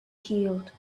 healed